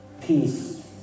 peace